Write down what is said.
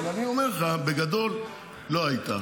אבל אני אומר לך, בגדול, לא היית.